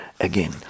again